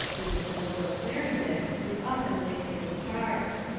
the dismissal of clarendon is often laid to his charge,